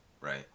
right